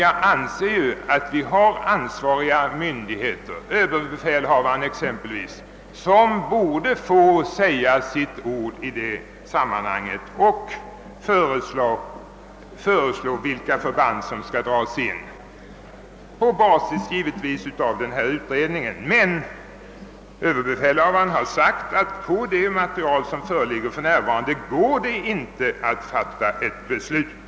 Jag anser dock att vi har ansvariga myndigheter — exempelvis ÖB — som borde få säga sitt ord i detta sammanhang och föreslå vilka förband som skall dras in och då givetvis på basis av denna utredning. ÖB har emellertid framhållit, att det på grundval av det för närvarande föreliggande materialet inte går att fatta något beslut.